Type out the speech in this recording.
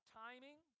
timing